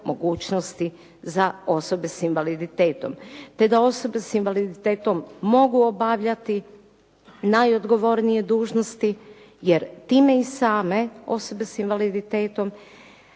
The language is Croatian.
mogućnosti za osobe sa invaliditetom, te da osobe sa invaliditetom mogu obavljati najodgovornije dužnosti, jer time i same osobe sa invaliditetom